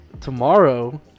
tomorrow